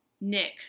Nick